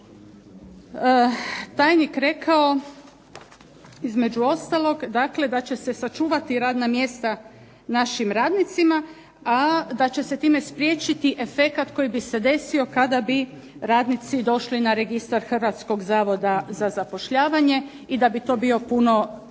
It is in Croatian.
tajnik rekao između ostalog dakle da će se sačuvati radna mjesta našim radnicima, a da će se time spriječiti efekat koji bi se desio kada bi radnici došli na registar Hrvatskog zavoda za zapošljavanje i da bi to bio puno